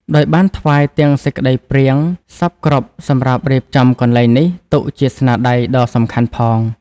ដោយបានថ្វាយទាំងសេចក្តីព្រាងសព្វគ្រប់សម្រាប់រៀបចំកន្លែងនេះ ទុកជាស្នាដៃដ៏សំខាន់ផង ។